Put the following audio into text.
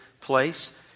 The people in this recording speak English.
place